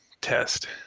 test